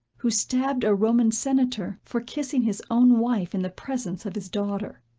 who stabbed a roman senator for kissing his own wife in the presence of his daughter.